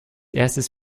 erstes